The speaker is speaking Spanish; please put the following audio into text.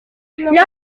los